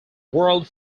world